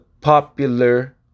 popular